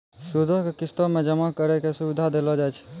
सूदो के किस्तो मे जमा करै के सुविधा देलो जाय छै